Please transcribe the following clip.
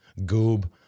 goob